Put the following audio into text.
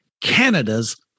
Canada's